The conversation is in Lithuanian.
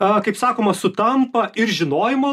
a kaip sakoma sutampa ir žinojimo